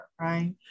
right